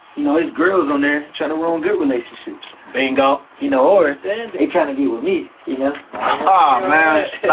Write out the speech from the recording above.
you know there's girls on there trying to ruin good relationships bingo. you know or they trying to get with me, you know. ah